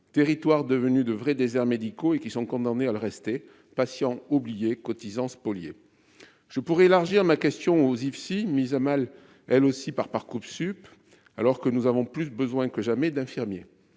territoires devenus de vrais déserts médicaux et qui sont condamnés à le rester patient cotisants spoliés, je pourrais élargir ma question aux IFSI mise à mal, elle aussi, par Parcoursup alors que nous avons plus besoin que jamais, d'infirmiers,